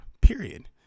period